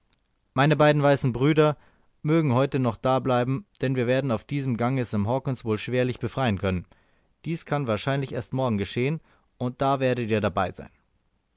meine beiden weißen brüder mögen heut noch dableiben denn wir werden auf diesem gange sam hawkens wohl schwerlich befreien können dies kann wahrscheinlich erst morgen geschehen und da werdet ihr dabei sein